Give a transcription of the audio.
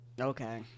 Okay